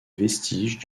vestiges